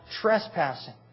trespassing